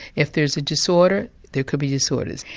if there's a disorder, there could be disorders,